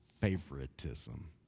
favoritism